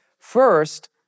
First